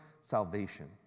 salvation